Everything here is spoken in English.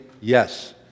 yes